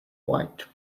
white